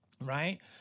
Right